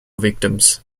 victims